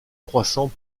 croissant